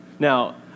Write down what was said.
Now